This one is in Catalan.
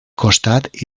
costat